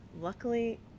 luckily